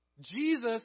Jesus